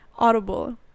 audible